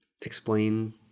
explain